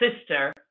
sister